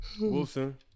Wilson